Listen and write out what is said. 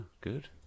good